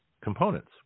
components